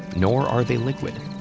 nor are they liquid.